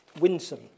Winsome